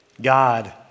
God